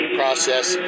process